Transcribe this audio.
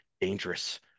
dangerous